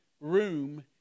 room